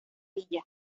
villa